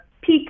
peak